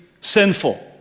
Sinful